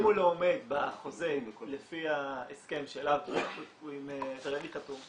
אם הוא לא עומד בחוזה לפי ההסכם שרמ"י חתום.